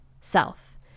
self